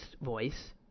voice